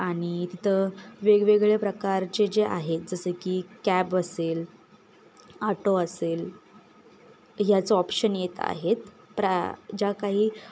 आणि तिथं वेगवेगळे प्रकारचे जे आहेत जसं की कॅब असेल ऑटो असेल याचं ऑप्शन येत आहेत प्रा ज्या काही